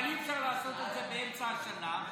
אבל אי-אפשר לעשות את זה באמצע השנה,